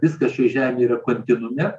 viskas šioj žemėj yra kontinuume